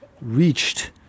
reached